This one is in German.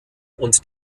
und